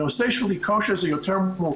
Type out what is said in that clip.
הנושא של אי-כושר יותר מורכב,